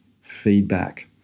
feedback